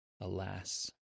Alas